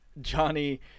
Johnny